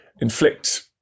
Inflict